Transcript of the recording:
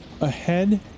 ahead